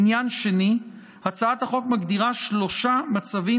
עניין שני: הצעת החוק מגדירה שלושה מצבים